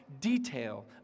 detail